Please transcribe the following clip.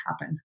happen